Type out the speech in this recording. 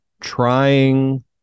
Trying